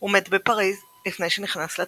הוא מת בפריז לפני שנכנס לתפקיד.